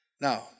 Now